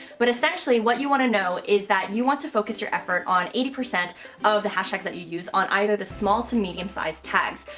but essentially what you want to know is that, you want to focus your effort on eighty percent of the hashtags that you use on either the small to medium size tags.